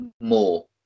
more